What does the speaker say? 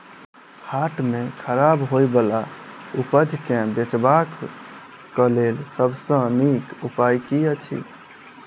हाट मे खराब होय बला उपज केँ बेचबाक क लेल सबसँ नीक उपाय की अछि?